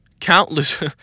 countless